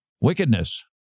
wickedness